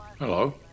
Hello